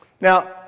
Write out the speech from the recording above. Now